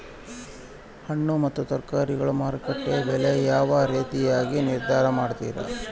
ಹಣ್ಣು ಮತ್ತು ತರಕಾರಿಗಳ ಮಾರುಕಟ್ಟೆಯ ಬೆಲೆ ಯಾವ ರೇತಿಯಾಗಿ ನಿರ್ಧಾರ ಮಾಡ್ತಿರಾ?